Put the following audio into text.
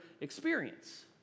experience